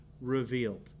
revealed